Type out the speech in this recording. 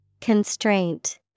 Constraint